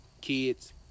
kids